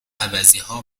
عوضیها